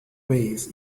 ways